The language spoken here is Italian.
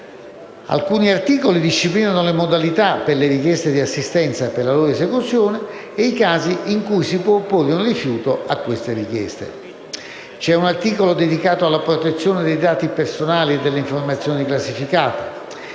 Alcuni articoli disciplinano le modalità per le richieste di assistenza e per la loro esecuzione e i casi in cui si può opporre un rifiuto a tali richieste. Un articolo è dedicato alla protezione dei dati personali e delle informazioni classificate,